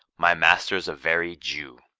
my master's a very jew.